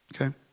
Okay